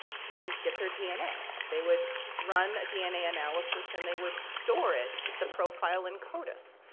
to get their dna. they would run a dna analysis, and they would store it, the profile, in codis.